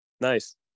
Nice